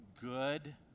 good